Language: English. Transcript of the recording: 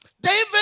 David